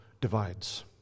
divides